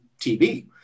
TV